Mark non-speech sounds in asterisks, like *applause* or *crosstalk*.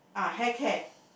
*breath*